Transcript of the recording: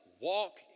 Walk